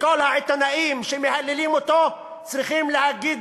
וכל העיתונאים שמהללים אותו צריכים להגיד